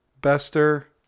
Bester